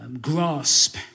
grasp